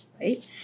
Right